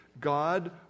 God